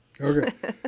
Okay